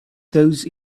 those